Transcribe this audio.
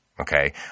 Okay